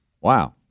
Wow